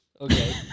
Okay